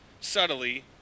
subtly